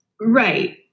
Right